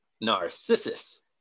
Narcissus